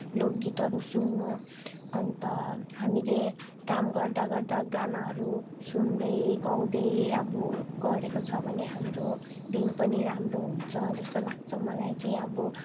लोकगीतहरू सुन्नु अन्त हामीले काम गर्दा गर्दा गानाहरू सुन्दै गाउँदै अब गरेको छ भने हाम्रो दिन पनि राम्रो हुन्छ जस्तो लाग्छ मलाई चाहिँ अब